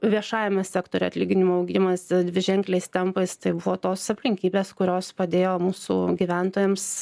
viešajame sektoriuje atlyginimų augimas dviženkliais tempais tai buvo tos aplinkybės kurios padėjo mūsų gyventojams